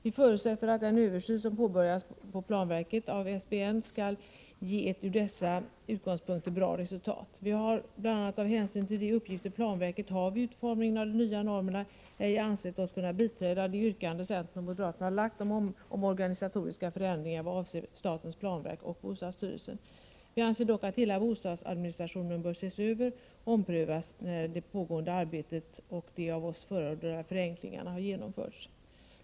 Vi förutsätter att den översyn av SBN som påbörjats på planverket skall ge ett från dessa utgångspunkter bra resultat. Vi har, bl.a. av hänsyn till de uppgifter planverket har vid utformningen av de nya normerna, ej ansett oss kunna biträda det yrkande centern och moderaterna lagt fram om organisatoriska förändringar i vad avser statens planverk och bostadsstyrelsen. Vi anser dock att hela bostadsadministrationen bör ses över och omprövas, när det pågående arbetet och de av oss förordade förenklingarna har genomförts.